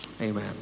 amen